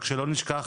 רק שלא נשכח,